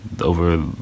over